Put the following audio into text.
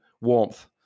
warmth